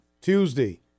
Tuesday